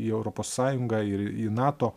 į europos sąjungą ir į nato